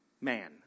Man